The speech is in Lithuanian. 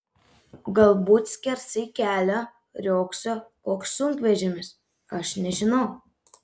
galbūt skersai kelio riogso koks sunkvežimis aš nežinau